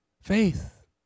faith